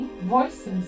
voices